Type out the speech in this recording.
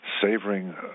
savoring